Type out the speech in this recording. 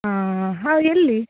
ಆ ಹಾಂ ಎಲ್ಲಿ